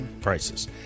prices